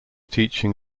teaching